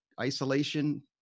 isolation